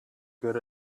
good